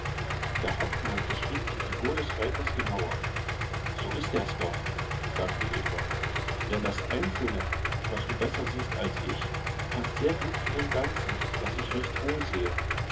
der hauptmann beschrieb die figur des reiters genauer so ist ers doch sagte eduard denn das einzelne das du besser siehst als ich paßt sehr gut zu dem ganzen das ich recht wohl sehe